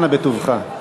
אנא בטובך.